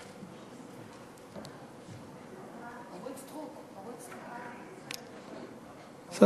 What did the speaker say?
סליחה, סליחה, אני, להיות עכשיו.